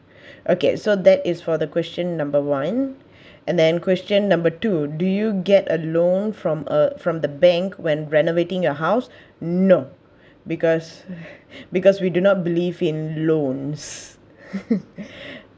okay so that is for the question number one and then question number two do you get a loan from uh from the bank when renovating your house no because because we do not believe in loans